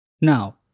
Now